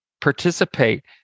participate